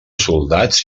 soldats